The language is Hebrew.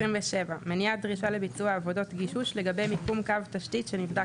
מניעת דרישה לביצוע עבודות גישוש לגבי מיקום קו תשתית שנבדק